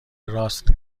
راست